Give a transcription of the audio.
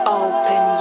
open